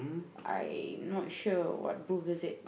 I not sure what booth is it